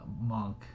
monk